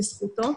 זה בזכותו.